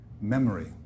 Memory